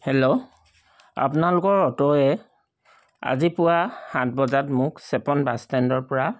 hello আপোনালোকৰ অটোৱে আজি পোৱা সাত বজাত মোক চেপন বাছ ষ্টেণ্ডৰ পৰা